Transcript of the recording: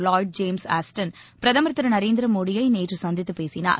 Lloyd James Austin பிரதமர் திருநரேந்திர மோடியை நேற்று சந்தித்துப் பேசினார்